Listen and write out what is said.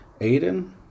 Aiden